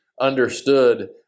understood